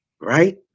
right